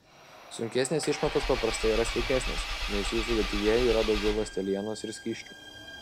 sunkesnės išmatos paprastai yra sveikesnės nes jų sudėtyje yra daugiau ląstelienos ir skysčių